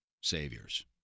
saviors